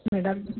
madam